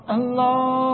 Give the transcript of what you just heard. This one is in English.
Allah